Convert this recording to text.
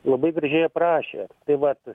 labai gražiai aprašė tai vat